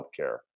healthcare